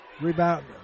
Rebound